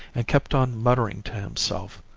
and kept on muttering to himself.